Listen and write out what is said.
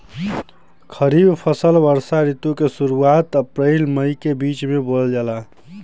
खरीफ फसल वषोॅ ऋतु के शुरुआत, अपृल मई के बीच में बोवल जाला